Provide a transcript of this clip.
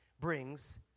brings